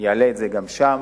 אעלה את זה גם שם.